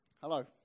Hello